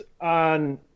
on